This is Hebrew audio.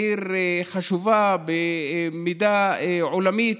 עיר חשובה במידה עולמית,